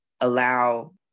allow